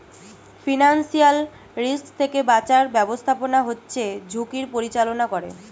financial risk থেকে বাঁচার ব্যাবস্থাপনা হচ্ছে ঝুঁকির পরিচালনা করে